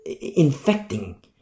infecting